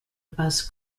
bus